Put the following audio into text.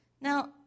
Now